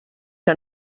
que